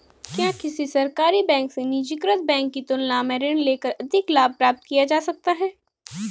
क्या किसी सरकारी बैंक से निजीकृत बैंक की तुलना में ऋण लेकर अधिक लाभ प्राप्त किया जा सकता है?